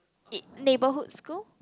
it neighbourhood school